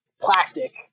plastic